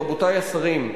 רבותי השרים,